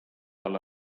alla